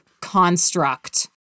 construct